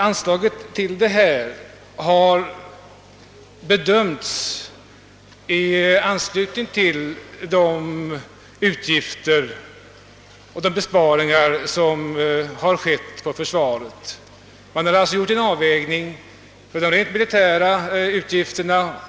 Anslaget till detta ändamål har bedömts med hänsyn till besparingarna när det gäller försvaret. Man har i värderingen alltså gjort en avvägning för de rent militära utgifterna.